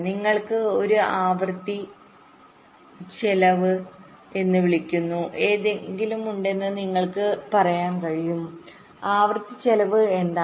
നിങ്ങൾക്ക് ഒരു ആവൃത്തി ചെലവ്എന്ന് വിളിക്കപ്പെടുന്ന എന്തെങ്കിലും ഉണ്ടെന്ന് നിങ്ങൾക്ക് പറയാൻ കഴിയും ആവൃത്തി ചെലവ് എന്താണ്